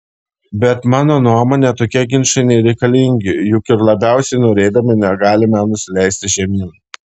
bet mano nuomone tokie ginčai nereikalingi juk ir labiausiai norėdami negalime nusileisti žemyn